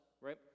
right